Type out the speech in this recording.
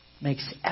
makes